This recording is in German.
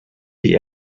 die